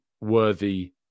worthy